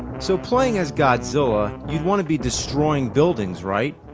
so playing as godzilla, you'd want to be destroying buildings, right?